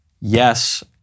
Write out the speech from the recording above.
yes